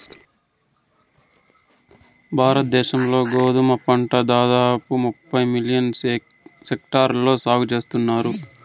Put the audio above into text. భారత దేశం లో గోధుమ పంట దాదాపు ముప్పై మిలియన్ హెక్టార్లలో సాగు చేస్తన్నారు